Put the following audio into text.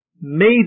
made